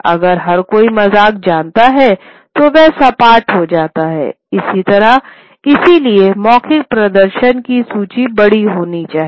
अगर हर कोई मज़ाक जानता है तो वह सपाट हो जाता है इसी तरह इसलिए मौखिक प्रदर्शनों की सूची बड़ी होनी चाहिए